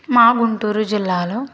మా గుంటూరు జిల్లాలో